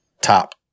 top